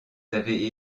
avez